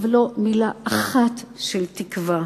ואף לא מלה אחת של תקווה,